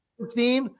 15